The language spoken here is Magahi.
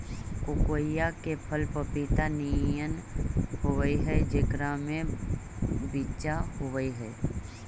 कोकोइआ के फल पपीता नियन होब हई जेकरा में बिच्चा होब हई